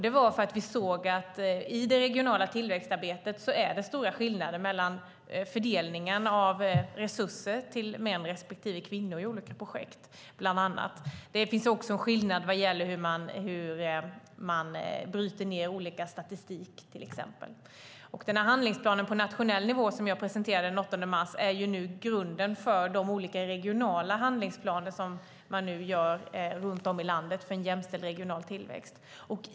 Det var för att vi såg att det i det regionala tillväxtarbetet är stora skillnader mellan fördelningen av resurser till män respektive kvinnor, bland annat i olika projekt. Det finns också en skillnad vad gäller hur man bryter ned till exempel olika statistikuppgifter. Den handlingsplan på nationell nivå som jag presenterade den 8 mars är nu grunden för de olika regionala handlingsplaner som man upprättar runt om i landet för en jämställd regional tillväxt.